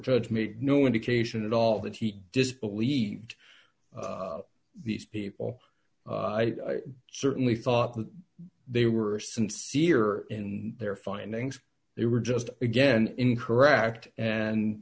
judge me no indication at all that he disbelieved these people i certainly thought that they were sincere in their findings they were just again incorrect and